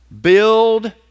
Build